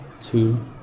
two